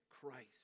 Christ